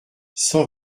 cent